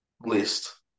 list